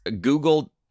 google